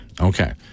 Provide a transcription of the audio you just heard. Okay